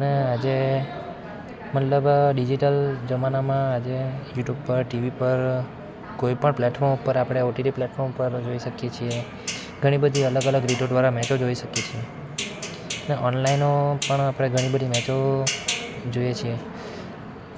ને આજે મને લાગે ડિઝિટલ જમાનામાં આજે યુટ્યુબ પર ટીવી પર કોઈપણ પ્લેટફોર્મ ઉપર આપણે ઓટીટી પ્લેટફોર્મ ઉપર જોઈ શકીએ ઘણી બધી અલગ રીતો દ્વારા મેચો જોઈ શકીએ છીએ ને ઓનલાઈનો પણ આપણે ઘણીબધી મેચો જોઈએ છીએ